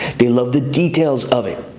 they love the details of it.